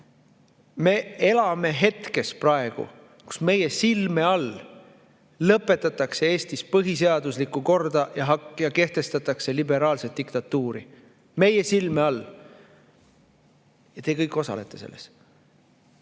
Me elame praegu hetkes, kus meie silme all lõpetatakse Eestis põhiseaduslik kord ja kehtestatakse liberaalne diktatuur. Meie silme all! Ja te kõik osalete selles.